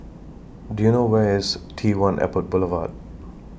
Do YOU know Where IS T one Airport Boulevard